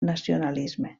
nacionalisme